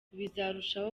bizarushaho